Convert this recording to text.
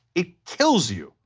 it kills you.